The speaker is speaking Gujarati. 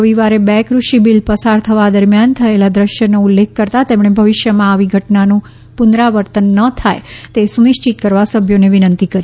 રવિવારે બે કુષિ બિલ પસાર થવા દરમિયાન થયેલા દ્રશ્યનો ઉલ્લેખ કરતાં તેમણે ભવિષ્યમાં આવી ઘટનાનું પુનરાવર્તન ન થાય તે સુનિશ્ચિત કરવા સભ્યોને વિનંતી કરી